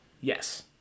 Yes